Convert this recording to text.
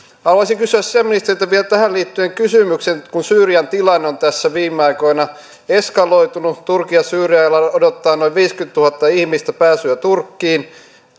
haluaisin kysyä sisäministeriltä vielä tähän liittyen kysymyksen kun syyrian tilanne on tässä viime aikoina eskaloitunut turkin ja syyrian rajalla odottaa noin viisikymmentätuhatta ihmistä pääsyä turkkiin